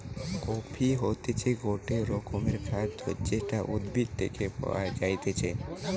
coffee হতিছে গটে রকমের খাদ্য যেটা উদ্ভিদ থেকে পায়া যাইতেছে